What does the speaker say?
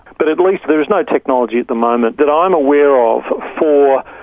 but at least there is no technology at the moment that i'm aware of for,